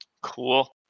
Cool